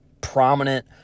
prominent